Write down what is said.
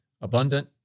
abundant